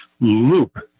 loop